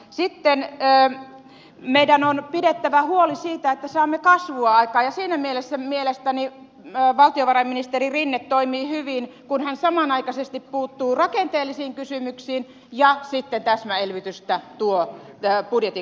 sitten meidän on pidettävä huoli siitä että saamme kasvua aikaan ja siinä mielestäni valtiovarainministeri rinne toimii hyvin kun hän samanaikaisesti puuttuu rakenteellisiin kysymyksiin ja sitten tuo täsmäelvytystä budjetin kautta